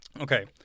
Okay